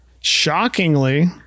Shockingly